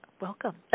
welcome